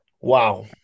Wow